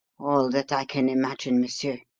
all that i can imagine, monsieur.